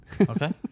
Okay